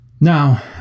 Now